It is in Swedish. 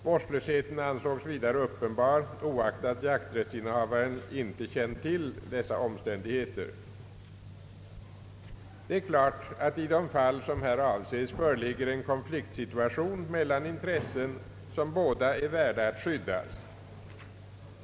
Vårdslösheten ansågs vidare uppenbar oaktat jakträttsinnehavaren inte känt till dessa omständigheter. Det är klart att i de fall som här avses föreligger en konfliktsituation mellan intressen som båda är värda att skyddas.